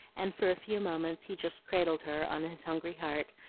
and for a few moments he just cradled her on his hungry heart,